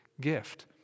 gift